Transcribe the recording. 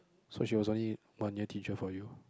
so she was only one year teacher for you